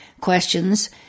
questions